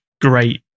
great